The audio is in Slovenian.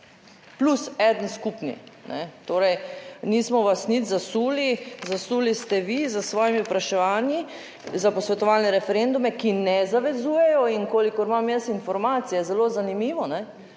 plus eden skupni. Torej, nismo vas nič zasuli, zasuli ste vi s svojimi vprašanji za posvetovalne referendume, ki ne zavezujejo in kolikor imam jaz informacije, zelo zanimivo,